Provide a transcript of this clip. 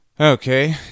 Okay